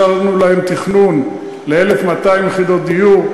אישרנו להם תכנון ל-1,200 יחידות דיור.